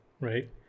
right